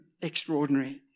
Extraordinary